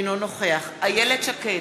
אינו נוכח איילת שקד,